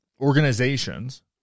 organizations